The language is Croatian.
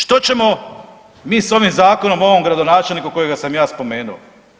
Što ćemo mi s ovim zakonom, ovom gradonačelnikom kojega sam ja spomenuo?